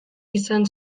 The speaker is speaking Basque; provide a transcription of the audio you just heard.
izan